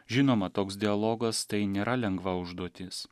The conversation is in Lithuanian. žinoma toks dialogas tai nėra lengva užduotis